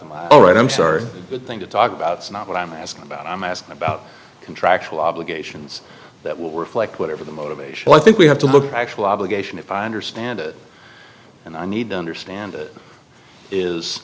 all right i'm sorry thing to talk about snow but i'm asking about i'm asking about contractual obligations that will reflect whatever the motivation i think we have to look actual obligation if i understand it and i need to understand it is